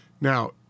Now